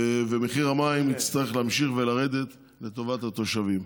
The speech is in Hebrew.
ומחיר המים יצטרך להמשיך ולרדת לטובת התושבים.